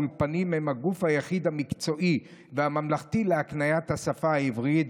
האולפנים הם הגוף היחיד המקצועי והממלכתי להקניית השפה העברית,